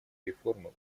реформы